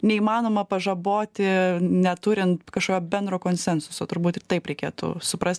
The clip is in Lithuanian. neįmanoma pažaboti neturint kažkokio bendro konsensuso turbūt ir taip reikėtų suprast